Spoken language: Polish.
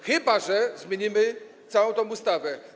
Chyba, że zmienimy całą tę ustawę.